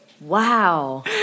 Wow